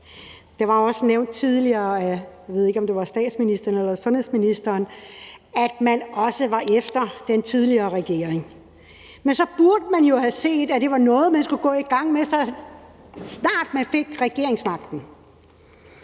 jeg ved ikke, om det var statsministeren eller sundhedsministeren, at man også var efter den tidligere regering, men så burde man jo have set, at det var noget, man skulle gå i gang med, så snart man fik regeringsmagten.